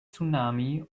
tsunami